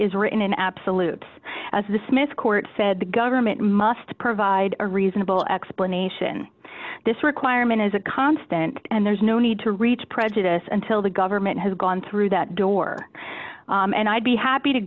is written in absolutes as the smith court said the government must provide a reasonable explanation this requirement is a constant and there's no need to reach prejudice and till the government has gone through that door and i'd be happy to